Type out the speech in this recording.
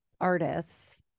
artists